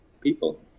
people